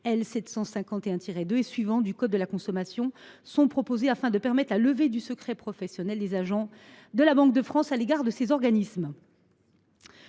751 2 et suivants du code de la consommation afin de permettre la levée du secret professionnel des agents de la Banque de France à l’égard de ces organismes.